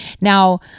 now